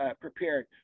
prepared